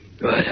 Good